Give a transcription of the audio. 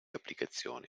applicazioni